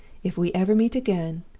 if we ever meet again,